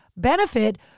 benefit